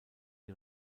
die